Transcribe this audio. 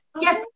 Yes